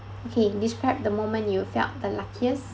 okay describe the moment you felt the luckiest